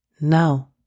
No